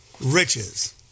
riches